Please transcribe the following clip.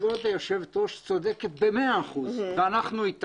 כבוד היושבת ראש צודקת ב-100 אחוזים ואנחנו אתה